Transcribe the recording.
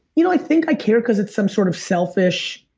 you know i think i care because it's some sort of selfish,